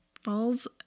falls